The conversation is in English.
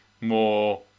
more